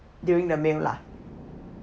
during the meal lah